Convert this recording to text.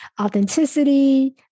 authenticity